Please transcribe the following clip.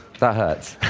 that hurts.